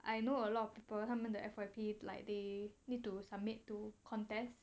I know a lot of people 他们的 F_Y_P like they need to submit to contest